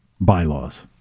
bylaws